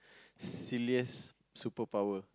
silliest superpower